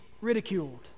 ridiculed